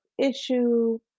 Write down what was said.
issue